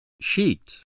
Sheet